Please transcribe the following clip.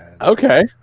Okay